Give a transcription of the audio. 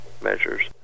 measures